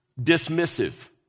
dismissive